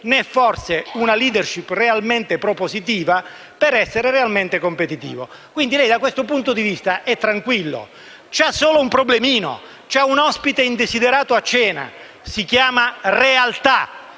né forse una *leadership* realmente propositiva per essere realmente competitiva. Da questo punto di vista, quindi, lei è tranquillo. Ha solo un problemino, un ospite indesiderato a cena che si chiama realtà,